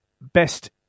Best